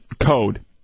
code